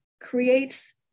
creates